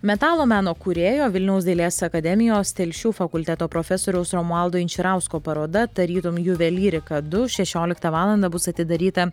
metalo meno kūrėjo vilniaus dailės akademijos telšių fakulteto profesoriaus romualdo inčirausko paroda tarytum juvelyrika du šešioliktą valandą bus atidaryta